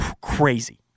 Crazy